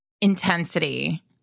intensity